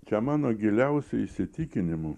čia mano giliausiu įsitikinimu